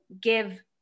give